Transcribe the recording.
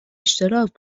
اشتراک